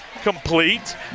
Complete